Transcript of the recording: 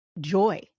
joy